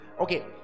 Okay